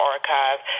Archive